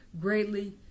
greatly